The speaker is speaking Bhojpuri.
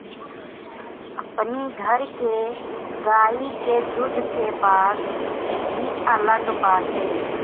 अपनी घर के गाई के दूध के बात ही अलग बाटे